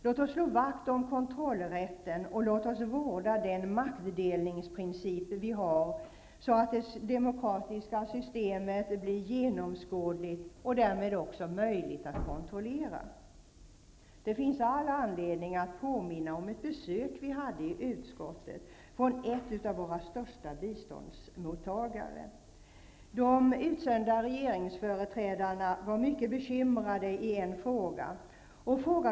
Låt oss slå vakt om kontrollrätten, och låt oss vårda den maktdelningsprincip vi har i Sverige, så att det demokratiska systemet blir genomskådligt och därmed möjligt att kontrollera. Det finns all anledning att påminna om ett besök i utskottet av företrädare från ett land som är en av Sveriges största biståndsmottagare. De utsända regeringsföreträdarna var mycket bekymrade med anledning av en fråga.